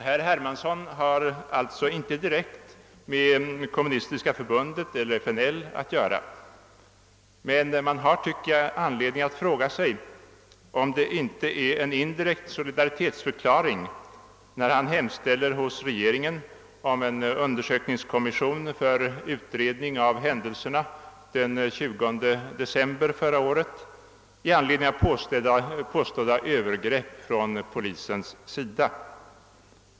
Herr Hermansson har alltså inte något direkt samröre med Kommunistiska förbundet eller med FNL-rörelsen, men man har — tycker jag — anledning att fråga sig om det inte är en indirekt solidaritetsförklaring när han hemställer hos regeringen om en undersökningskommission för utredning av händelserna den 20 december förra året i anledning av påstådda övergrepp från polisen.